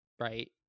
right